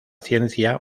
ciencia